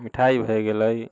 मिठाइ भए गेलै